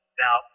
now